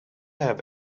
have